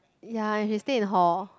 ya you should stay in hall